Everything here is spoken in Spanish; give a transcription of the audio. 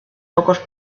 pocos